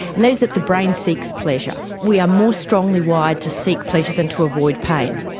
and that is that the brain seeks pleasure. we are more strongly wired to seek pleasure than to avoid pain.